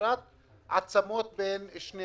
ובשבירת עצמות בין שני